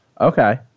Okay